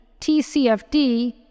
TCFD